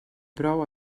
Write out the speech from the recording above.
prou